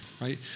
right